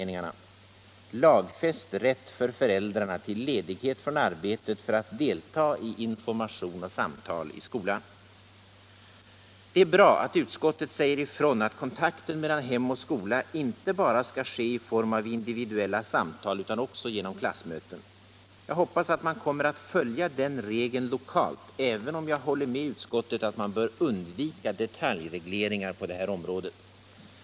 Nr 134 Det är bra att utskottet säger ifrån att kontakten mellan hem och skola Fredagen den skall ske inte bara i form av individuella samtal utan också genom klass 21 maj 1976 möten. Jag hoppas att man kommer att följa den regeln lokalt även — i om jag håller med utskottet om att detaljregleringar på det här området — Skolans inre arbete bör undvikas.